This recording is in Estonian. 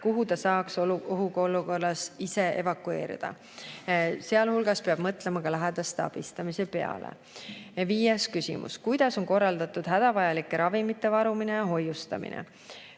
kuhu ta saaks ohuolukorras ise evakueeruda. Sealhulgas peab mõtlema lähedaste abistamise peale. Viies küsimus: "Kuidas on korraldatud hädavajalike ravimite varumine ja hoiustamine?"